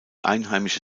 einheimische